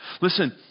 Listen